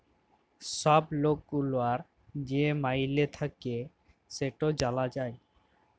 ছব লক গুলার যে মাইলে থ্যাকে সেট জালা যায়